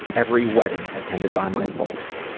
every wedding attended by my folks.